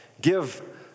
Give